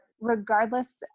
regardless